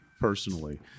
personally